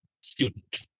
student